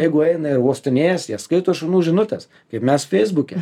jeigu eina ir uostinėja jie skaito šunų žinutes kaip mes feisbuke